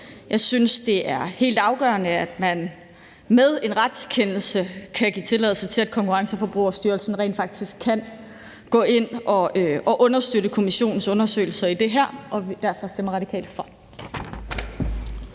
Jeg synes, det er helt afgørende, at man med en retskendelse kan give tilladelse til, at Konkurrence- og Forbrugerstyrelsen rent faktisk kan gå ind og understøtte Kommissionens undersøgelser af det her, og derfor stemmer Radikale